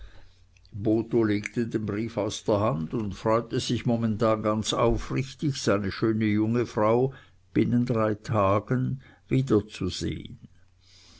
botho legte den brief aus der hand und freute sich momentan ganz aufrichtig seine schöne junge frau binnen drei tagen wiederzusehen